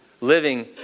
living